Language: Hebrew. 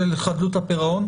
חדלות הפירעון?